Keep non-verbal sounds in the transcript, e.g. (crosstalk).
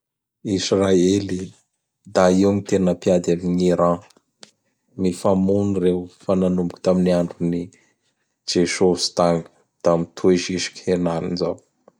(noise) Israely! (noise) Da io gn tena mpiady amign' Iran. (noise) Mifamono reo fa nanomboky (noise) tam andron'ny Jesôsy tagny da mitohy zisky henany zao.